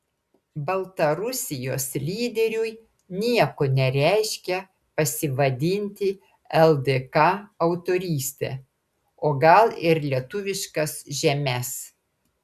baltarusijos lyderiui nieko nereiškia pasisavinti ldk autorystę o gal ir lietuviškas žemes